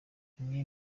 bimwe